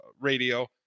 radio